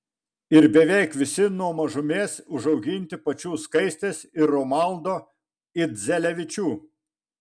ir beveik visi nuo mažumės užauginti pačių skaistės ir romaldo idzelevičių